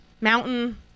Mountain